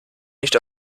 nicht